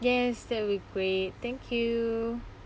yes that will be great thank you